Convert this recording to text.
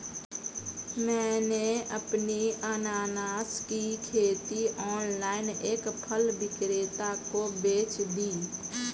मैंने अपनी अनन्नास की खेती ऑनलाइन एक फल विक्रेता को बेच दी